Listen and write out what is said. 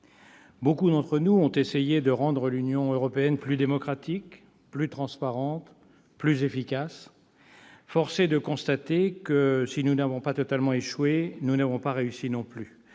Beaucoup d'entre nous ont tenté de rendre l'Union européenne plus démocratique, plus transparente, plus efficace. Force est de constater que, si nous n'avons pas totalement échoué, nous n'avons pas réussi non plus.